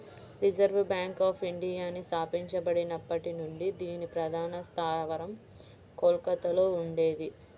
reserve bank of ఇండియాని స్థాపించబడినప్పటి నుంచి దీని ప్రధాన స్థావరం కోల్కతలో ఉండేది